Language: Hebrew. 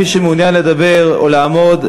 מי שמעוניין לדבר או לעמוד,